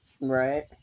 right